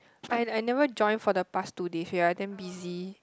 I I never join for the past two day yeah I damn busy